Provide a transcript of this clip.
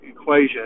equation